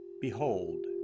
Behold